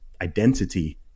identity